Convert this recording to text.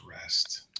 rest